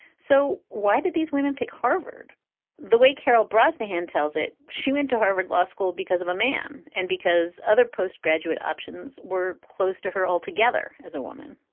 so why did these women pick harvard the way carol brosnahan tells it? she went to harvard law school because of a man and because other postgraduate options were close to her altogether as a woman